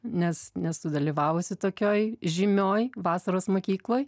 nes nesu dalyvavusi tokioj žymioj vasaros mokykloj